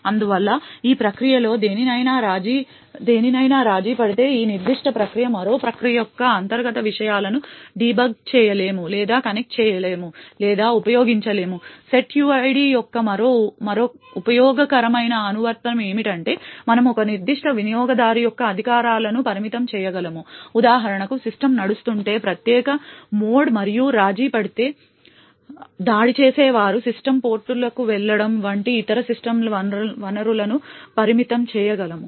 అందువల్ల ఈ ప్రక్రియలలో దేనినైనా రాజీపడితే ఈ నిర్దిష్ట ప్రక్రియ మరొక ప్రక్రియ యొక్క అంతర్గత విషయాలను డీబగ్ చేయలేము లేదా కనెక్ట్ చేయలేము లేదా ఉపయోగించలేము setuid యొక్క మరో ఉపయోగకరమైన అనువర్తనం ఏమిటంటే మనము ఒక నిర్దిష్ట వినియోగదారు యొక్క అధికారాలను పరిమితం చేయగలము ఉదాహరణకు సిస్టమ్ నడుస్తుంటే ప్రత్యేక మోడ్ మరియు రాజీ పడితే దాడి చేసేవారు సిస్టమ్ పోర్టులకు వెళ్లడం వంటి ఇతర సిస్టమ్ వనరులను పరిమితం చేయగలము